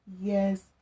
yes